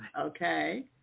Okay